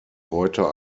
heute